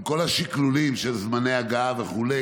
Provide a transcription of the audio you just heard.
עם כל השקלולים של זמני הגעה וכו'.